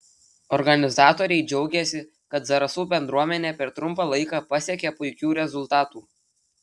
organizatoriai džiaugėsi kad zarasų bendruomenė per trumpą laiką pasiekė puikių rezultatų